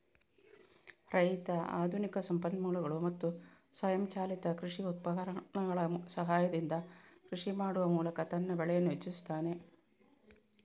ರೈತ ಆಧುನಿಕ ಸಂಪನ್ಮೂಲಗಳು ಮತ್ತು ಸ್ವಯಂಚಾಲಿತ ಕೃಷಿ ಉಪಕರಣಗಳ ಸಹಾಯದಿಂದ ಕೃಷಿ ಮಾಡುವ ಮೂಲಕ ತನ್ನ ಬೆಳೆಯನ್ನು ಹೆಚ್ಚಿಸುತ್ತಾನೆ